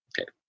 Okay